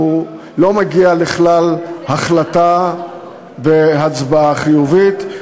לא מגיע לכלל החלטה והצבעה חיובית.